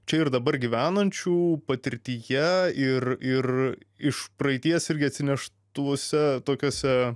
čia ir dabar gyvenančių patirtyje ir ir iš praeities irgi atsineštuose tokiuose